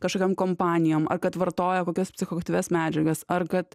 kažkokiom kompanijom ar kad vartoja kokias psichoaktyvias medžiagas ar kad